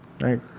Right